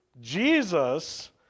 Jesus